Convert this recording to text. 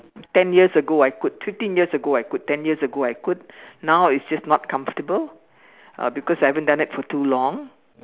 ten years ago I could fifteen years ago I could ten years ago I could now it's just not comfortable uh because I haven't done it for too long